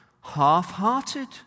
half-hearted